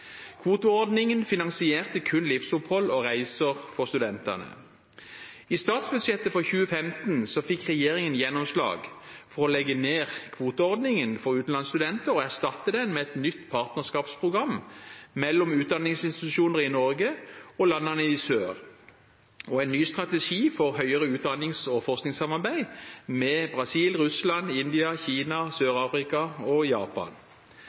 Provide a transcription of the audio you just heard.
Kvoteordningen finansierte kun livsopphold og reiser for studentene. I statsbudsjettet for 2015 fikk regjeringen gjennomslag for å legge ned kvoteordningen for utenlandsstudenter og erstatte den med et nytt partnerskapsprogram mellom utdanningsinstitusjoner i Norge og landene i sør og en ny strategi for høyere utdannings- og forskningssamarbeid med Brasil, Russland, India, Kina, Sør-Afrika og Japan.